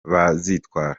bazitwara